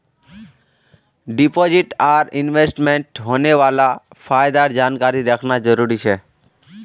deposit आर इन्वेस्टमेंटत होने वाला फायदार जानकारी रखना जरुरी छे